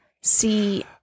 see